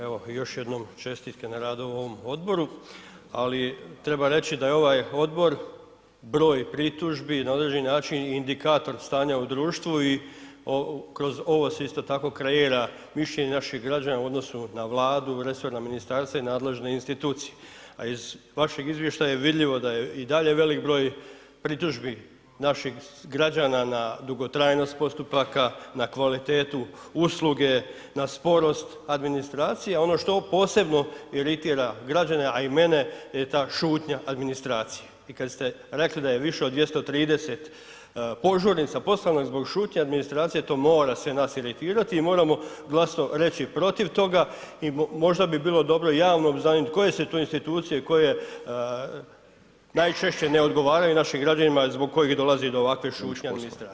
Evo još jednom čestitke na radu ovom odboru, ali treba reći da je ovaj odbor broj pritužbi na određeni način indikator stanja u društvu i kroz ovo se isto tako kreira mišljenje naših građana u odnosu na Vladu, resorna ministarstva i nadležne institucije, a iz vašeg izvještaja je vidljivo da je i dalje velik broj pritužbi naših građana na dugotrajnost postupaka, na kvalitetu usluge, na sporost administracije, a ono što posebno iritira građane, a i mene je ta šutnja administracije i kad ste rekli da je više od 230 požurnica poslano i zbog šutnje administracije, to mora sve nas iritirati i moramo glasno reći protiv toga i možda bi bilo dobro javno obznanit koje se to institucije i koje najčešće ne odgovaraju našim građanima zbog kojih dolazi do ovakve šutnje administracije.